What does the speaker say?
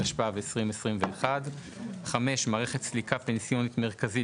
התשפ"ב 2021 ; (5) מערכת סליקה פנסיונית מרכזית